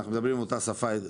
אנחנו מדברים באותה שפה.